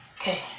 Okay